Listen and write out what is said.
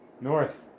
North